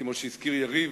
כמו שהזכיר יריב,